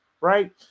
right